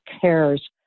cares